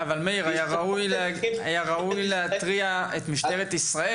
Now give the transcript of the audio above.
מאיר, אבל היה ראוי להתריע בפני משטרת ישראל.